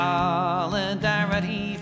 Solidarity